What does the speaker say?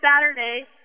Saturday